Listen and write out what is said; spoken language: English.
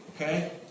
Okay